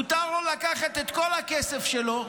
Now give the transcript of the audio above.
מותר לו לקחת את כל הכסף שלו,